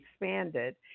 expanded